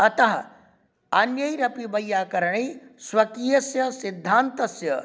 अतः अन्यैरपि वैयाकरणैः स्वकीयस्य सिद्धान्तस्य